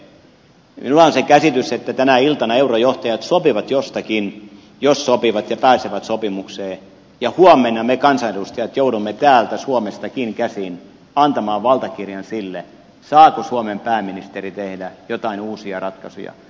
minulla on se käsitys että tänä iltana eurojohtajat sopivat jostakin jos sopivat ja pääsevät sopimukseen ja huomenna me kansanedustajat joudumme täältä suomestakin käsin antamaan valtakirjan sille saako suomen pääministeri tehdä jotain uusia ratkaisuja